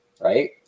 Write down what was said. right